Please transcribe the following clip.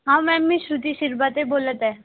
हां मॅम मी श्रुती शिरभाते बोलत आहे